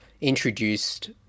introduced